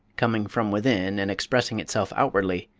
coming from within and expressing itself outwardly,